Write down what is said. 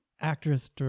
actress